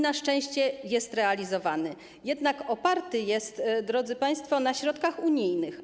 Na szczęście jest on realizowany, jednak oparty jest, drodzy państwo, na środkach unijnych.